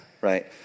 right